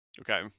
Okay